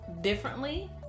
differently